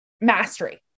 mastery